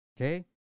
Okay